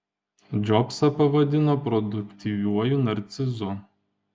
džobsą pavadino produktyviuoju narcizu